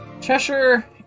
Cheshire